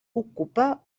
ocupa